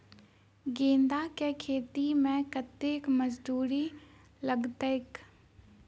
गेंदा केँ खेती मे कतेक मजदूरी लगतैक?